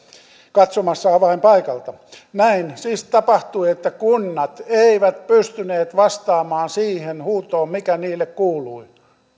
katsomassa avainpaikalta näin siis tapahtui että kunnat eivät pystyneet vastaamaan siihen huutoon mikä niille kuului